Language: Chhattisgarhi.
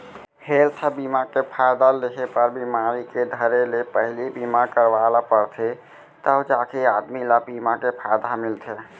हेल्थ बीमा के फायदा लेहे बर बिमारी के धरे ले पहिली बीमा करवाय ल परथे तव जाके आदमी ल बीमा के फायदा ह मिलथे